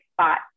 spot